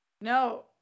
No